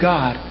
God